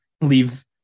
leave